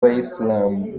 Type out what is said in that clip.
bayisilamu